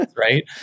right